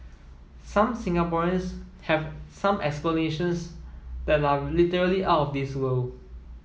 some Singaporeans have some explanations that are literally out of this world